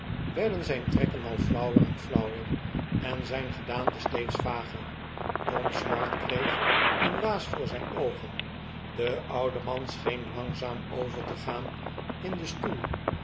werden zijn trekken al flauwer en flauwer en zijn gedaante steeds vager tom smart kfeeg een waas voor zijn oogen de oude man scheen langzaam over te gaan in den stoel